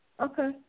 Okay